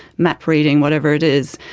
map reading, whatever it is,